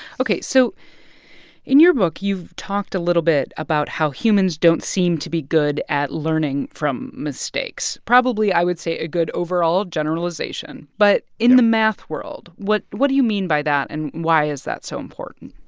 ok. so in your book, you talked a little bit about how humans don't seem to be good at learning from mistakes. probably, i would say, a good overall generalization. but in the math world, what what do you mean by that? and why is that so important?